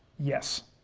yes.